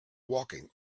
walking